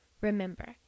Remember